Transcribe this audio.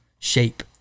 shape